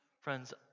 Friends